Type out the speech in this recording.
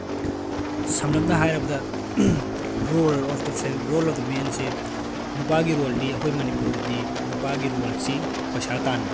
ꯁꯝꯂꯞꯅ ꯍꯥꯏꯔꯕꯗ role of the role of the ꯃꯦꯟꯁꯦ ꯅꯨꯄꯥꯒꯤ ꯔꯣꯜꯗꯤ ꯑꯩꯈꯣꯏ ꯃꯅꯤꯄꯨꯔꯗꯗꯤ ꯅꯨꯄꯥꯒꯤ ꯔꯣꯜꯁꯤ ꯄꯩꯁꯥ ꯇꯥꯟꯕ